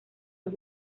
los